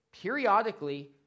periodically